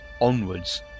onwards